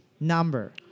number